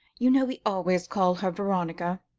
you know we always call her veronica.